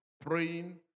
praying